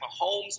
Mahomes